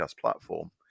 platform